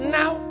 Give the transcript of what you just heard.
Now